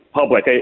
public